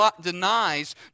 denies